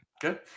Good